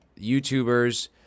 YouTubers